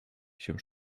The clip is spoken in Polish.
się